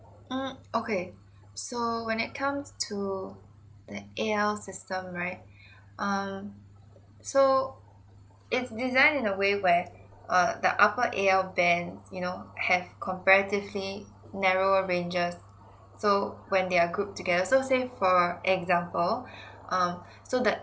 mm okay so when it comes to the A_L system right um so its designed in a way where err the upper A_L band you know have comparatively narrow ranges so when they are grouped together so say for example um so that